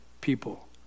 people